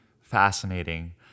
fascinating